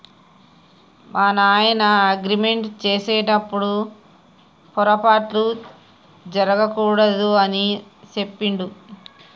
మా నాయన అగ్రిమెంట్ సేసెటప్పుడు పోరపాట్లు జరగకూడదు అని సెప్పిండు